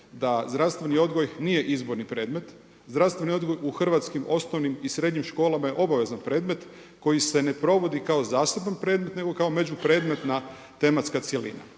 da zdravstveni odgoj nije izborni predmet. Zdravstveni odgoj u hrvatskim osnovnim i srednjim školama je obavezan predmet koji se ne provodi kao zaseban predmet nego kao među predmetna tematska cjelina.